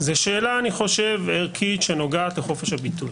זאת שאלה ערכית שנוגעת לחופש הביטוי.